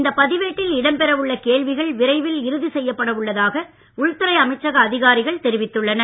இந்த பதிவேட்டில் இடம் பெற உள்ள கேள்விகள் விரைவில் இறுதி செய்யப்பட உள்ளதாக உள்துறை அமைச்சக அதிகாரிகள் தெரிவித்துள்ளனர்